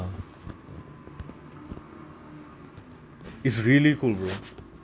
but like it's kind of cool lah if you think about it how how they work